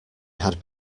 had